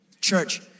Church